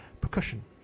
percussion